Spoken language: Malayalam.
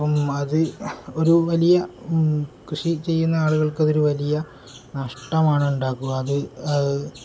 അപ്പോള് അത് ഒരു വലിയ കൃഷി ചെയ്യുന്ന ആളുകൾക്കതൊരു വലിയ നഷ്ടമാണ് ഉണ്ടാക്കുക അത്